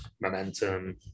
Momentum